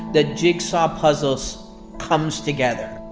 the jigsaw puzzle so comes together